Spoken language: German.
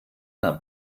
nahm